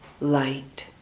light